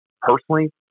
Personally